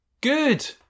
Good